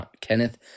Kenneth